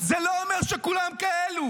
זה לא אומר שכולם כאלו.